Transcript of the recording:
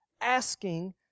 asking